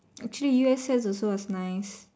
actually U_S_S also was nice